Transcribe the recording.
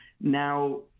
now